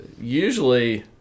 Usually